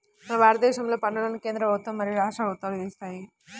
మన భారతదేశంలో పన్నులను కేంద్ర ప్రభుత్వం మరియు రాష్ట్ర ప్రభుత్వాలు విధిస్తాయి